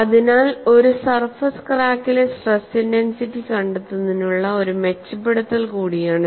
അതിനാൽ ഒരു സർഫസ് ക്രാക്കിലെ സ്ട്രെസ് ഇന്റൻസിറ്റി കണ്ടെത്തുന്നതിനുള്ള ഒരു മെച്ചപ്പെടുത്തൽ കൂടിയാണിത്